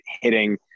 hitting